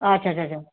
अच्छा च्छा च्छा